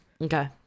Okay